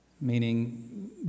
Meaning